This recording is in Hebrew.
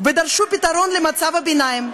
ודרשו פתרון למצב הביניים.